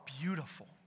beautiful